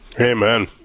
Amen